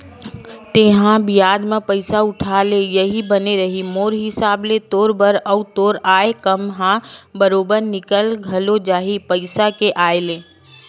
तेंहा बियाज म पइसा उठा ले उहीं बने रइही मोर हिसाब ले तोर बर, अउ तोर आय काम ह बरोबर निकल घलो जाही पइसा के आय ले